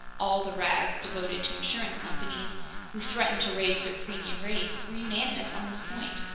all the rags devoted to insurance companies who threatened to raise their premium rates were unanimous on this point.